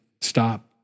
Stop